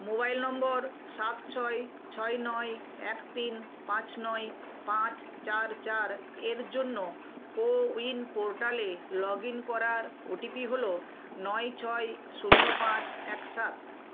mobile নম্বর সাত ছয় ছয় নয় এক তিন পাঁচ নয় পাঁচ চার চার এর জন্য কোউইন পোর্টালে লগ ইন করার ওটিপি হলো নয় ছয় শূন্য পাঁচ এক সাত